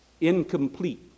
incomplete